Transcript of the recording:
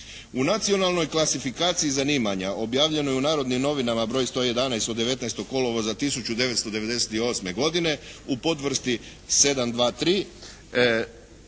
U nacionalnoj klasifikaciji zanimanja objavljenoj u Narodnim novinama broj 111. od 19. kolovoza 1998. godine u podvrsti 723